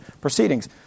proceedings